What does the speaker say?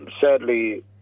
Sadly